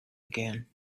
again